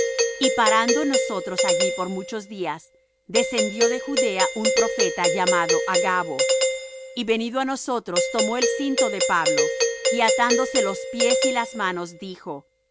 y parando nosotros allí por muchos días descendió de judea un profeta llamado agabo y venido á nosotros tomó el cinto de pablo y atándose los pies y las manos dijo